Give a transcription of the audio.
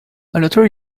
another